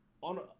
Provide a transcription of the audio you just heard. on